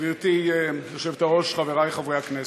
גברתי היושבת-ראש, חברי חברי הכנסת,